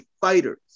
fighters